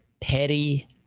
petty